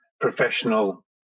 professional